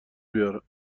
بیار